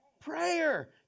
Prayer